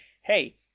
hey